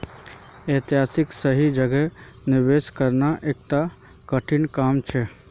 ऐसाक सही जगह निवेश करना एकता कठिन काम छेक